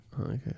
Okay